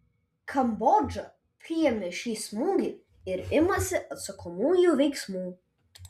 kambodža priėmė šį smūgį ir imasi atsakomųjų veiksmų